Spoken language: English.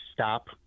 Stop